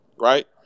Right